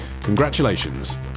Congratulations